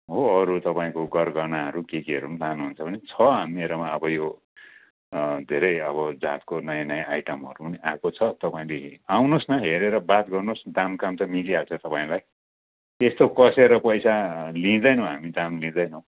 हो अरू तपाईँको गरगहनाहरू के केहरू पनि लानुहुन्छ भने छ मेरोमा अब यो धेरै अब जातको नयाँ नयाँ आइटमहरू पनि आएको छ तपाईँले आउनुहोस् न हेरेर बात गर्नुहोस् दाम काम त मिली हाल्छ तपाईँलाई त्यस्तो कसेर पैसा लिँदैनौँ हामी दाम लिँदैनौँ